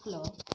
hello